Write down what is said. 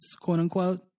quote-unquote